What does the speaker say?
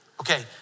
Okay